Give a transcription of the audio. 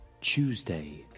Tuesday